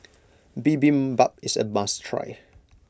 Bibimbap is a must try